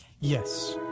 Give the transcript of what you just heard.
Yes